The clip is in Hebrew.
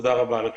תודה רבה על הקשב.